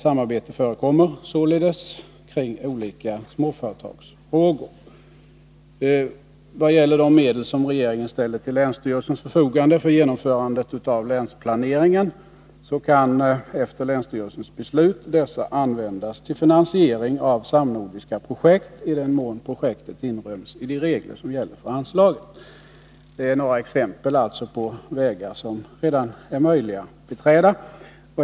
Samarbete förekommer således kring olika småföretagsfrågor. Vad gäller de medel som regeringen ställer till länsstyrelsernas förfogande för genomförandet av länsplaneringen vill jag nämna att dessa efter länsstyrelsens beslut kan användas till finansiering av samnordiska projekt i den mån projekten inryms i de regler som gäller för anslaget. Jag har här anfört några exempel på vägar som redan är möjliga att beträda.